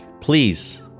please